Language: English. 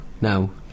now